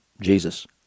Jesus